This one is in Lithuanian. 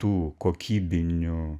tų kokybinių